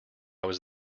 was